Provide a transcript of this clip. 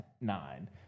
nine